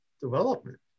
development